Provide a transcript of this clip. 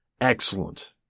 excellent